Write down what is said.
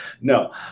No